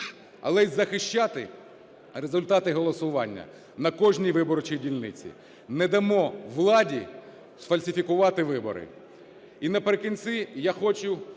але і захищати результати голосування на кожній виборчій дільниці. Не дамо владі сфальсифікувати вибори. І наприкінці я хочуопять